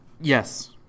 Yes